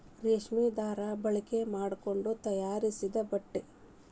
ರೇಶ್ಮಿ ದಾರಾ ಬಳಕೆ ಮಾಡಕೊಂಡ ತಯಾರಿಸಿದ ಬಟ್ಟೆ